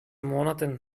monaten